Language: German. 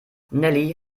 nelly